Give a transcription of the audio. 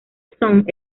sound